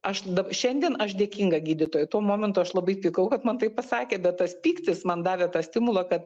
aš šiandien aš dėkinga gydytojui tuo momentu aš labai pykau kad man taip pasakė bet tas pyktis man davė tą stimulą kad